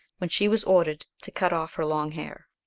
when she was ordered to cut off her long hair.